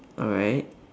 alright